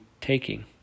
taking